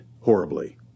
horribly